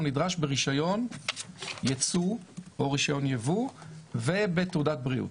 הוא נדרש ברישיון יצוא או רישיון יבוא ובתעודת בריאות.